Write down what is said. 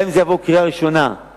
גם אם זה יעבור קריאה ראשונה בכנסת,